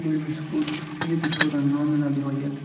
بٔڑۍ بٔڑۍ سُکوٗلٕز تہٕ فی تہِ چھُ روزان نامِنَل یِہوٚے یہِ